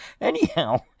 Anyhow